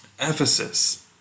Ephesus